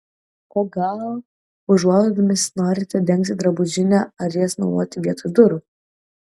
o gal užuolaidomis norite dengti drabužinę ar jas naudoti vietoj durų